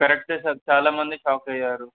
కరెక్టే సార్ చాలా మంది షాక్ అయ్యారు